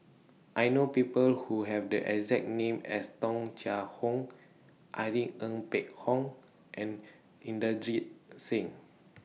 I know People Who Have The exact name as Tung Chye Hong Irene Ng Phek Hoong and Inderjit Singh